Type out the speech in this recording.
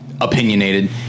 opinionated